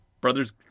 Brothers